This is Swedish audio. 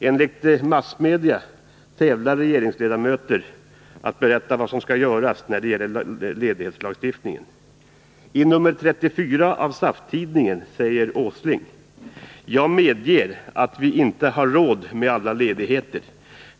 Enligt massmedia tävlar regeringsledamöter om att berätta vad som skall göras när det gäller ledighetslagstiftningen. I nr 34 av SAF-tidningen säger industriminister Åsling: ”Jag medger att vi inte har råd med alla ledigheter.